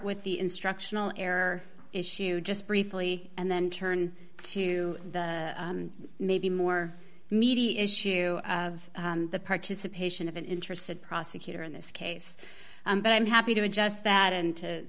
with the instructional error issue just briefly and then turn to the maybe more meaty issue of the participation of an interested prosecutor in this case but i'm happy to adjust that and to